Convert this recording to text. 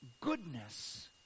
goodness